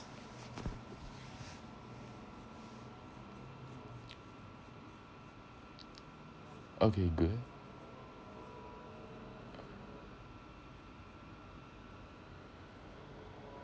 okay good